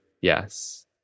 yes